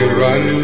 run